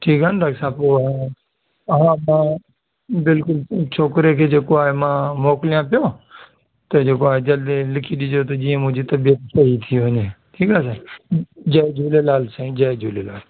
ठीकु आहे न डाक्टर साहिबु उहो हा तव्हां बिल्कुलु छोकिरे खे जेको आहे मां मोकिलिया पियो त जेको अर्जंट लिखी ॾिजो त जीअं मुंहिंजी तबियत सही थी वञे ठीकु आहे साईं जय झूलेलाल साईं जय झूलेलाल